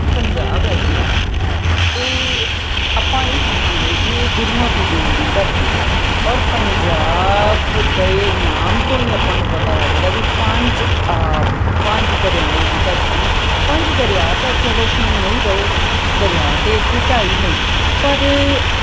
ਪੰਜਾਬ ਹੈ ਜਿਹੜਾ ਇਹ ਆਪਾਂ ਇਹ ਕਹਾਂਗੇ ਵੀ ਇਹ ਗੁਰੂਆਂ ਪੀਰੀਆਂ ਦੀ ਧਰਤੀ ਹੈ ਔਰ ਪੰਜਾਬ ਦੇ ਨਾਮ ਤੋਂ ਹੀ ਆਪਾਂ ਨੂੰ ਪਤਾ ਲੱਗਦਾ ਵੀ ਪੰਜ ਆਬ ਪੰਜ ਦਰਿਆਵਾਂ ਦੀ ਧਰਤੀ ਪੰਜ ਦਰਿਆ ਤਾਂ ਚਲੋ ਹੁਣ ਨਹੀਂ ਰਹੇ ਦਰਿਆ ਤਾਂ ਇੱਥੇ ਢਾਈ ਨੇ ਪਰ